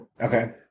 Okay